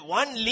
one